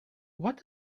what